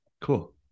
Cool